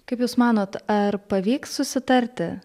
kaip jūs manot ar pavyks susitarti